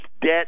debt